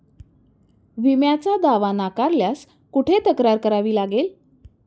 विम्याचा दावा नाकारल्यास कुठे तक्रार करावी लागेल?